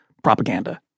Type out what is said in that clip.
Propaganda